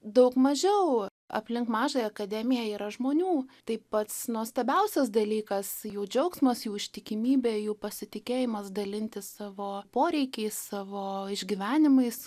daug mažiau aplink mažąją akademiją yra žmonių tai pats nuostabiausias dalykas jų džiaugsmas jų ištikimybė jų pasitikėjimas dalintis savo poreikiais savo išgyvenimais